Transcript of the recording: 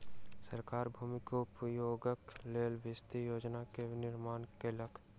सरकार भूमि के उपयोगक लेल विस्तृत योजना के निर्माण केलक